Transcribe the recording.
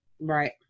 right